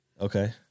Okay